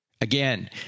Again